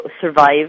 survive